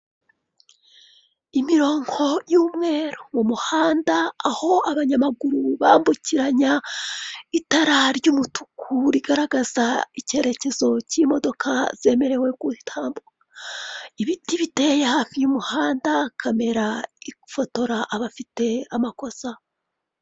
Imirongo y'umweru mu muhanda aho abanyamaguru bambukiranya, itara ry'umutuku rigaragaza icyerekezo cy'imodoka zemerewe gutambuka. Ibiti biteye hafi y'umuhanda, kamera ifotora abafite amakosa.